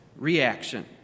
Reaction